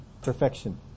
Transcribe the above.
perfection